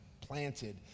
planted